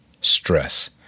stress